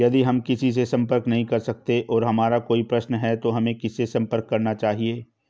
यदि हम किसी से संपर्क नहीं कर सकते हैं और हमारा कोई प्रश्न है तो हमें किससे संपर्क करना चाहिए?